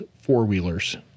four-wheelers